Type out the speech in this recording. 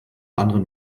anderen